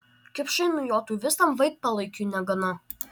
kipšai nujotų vis tam vaikpalaikiui negana